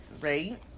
right